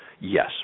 Yes